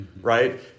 right